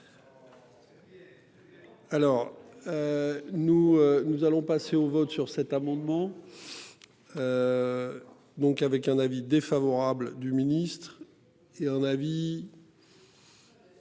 Nous, nous allons passer au vote sur cet amendement. Donc avec un avis défavorable du ministre et un avis.